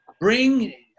Bring